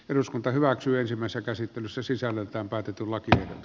eduskunta hyväksyy ensimmäistä käsittelyssä sisällöltään päätä tullakin